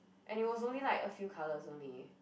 and it was only like a few colors only